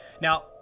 Now